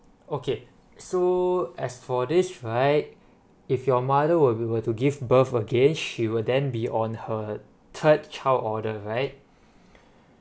okay so as for this right if your mother will be were to give birth again she will then be on her third child order right